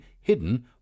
hidden